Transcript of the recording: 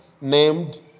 named